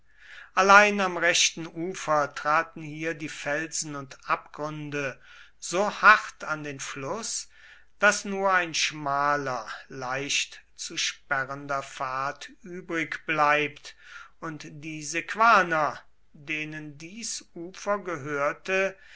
allein am rechten ufer treten hier die felsen und abgründe so hart an den fluß daß nur ein schmaler leicht zu sperrender pfad übrig bleibt und die sequaner denen dies ufer gehörte